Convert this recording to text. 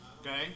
okay